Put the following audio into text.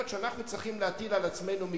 שאנחנו צריכים להטיל על עצמנו מגבלות,